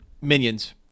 minions